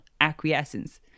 acquiescence